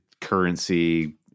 currency